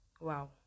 Wow